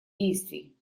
действий